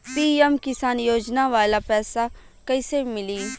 PM Kisan योजना वाला पैसा कईसे मिली?